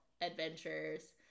adventures